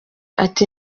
ati